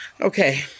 okay